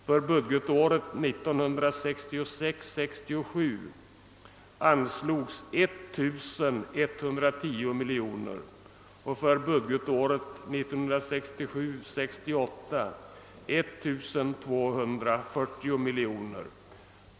För budgetåret 1966 68 1240 000 000 kronor.